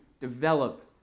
develop